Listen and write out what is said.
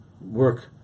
work